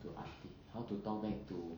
to aunty how to talk back to